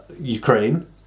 Ukraine